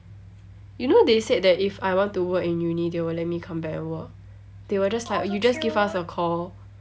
you know they said that if I want to work in uni they will let me come back and work they were just like you just give us a call